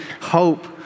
hope